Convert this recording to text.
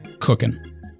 cooking